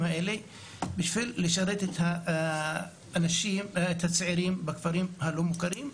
האלה בשביל לשרת את הצעירים בכפרים הלא מוכרים,